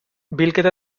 bilketa